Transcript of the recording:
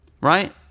right